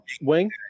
wing